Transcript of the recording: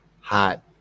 hot